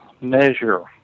measure